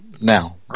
now